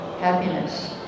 happiness